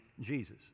Jesus